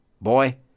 Boy